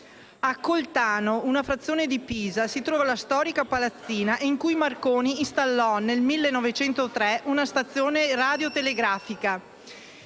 A Coltano, una frazione di Pisa, si trova la storica palazzina in cui Marconi installò nel 1903 una stazione radiotelegrafica.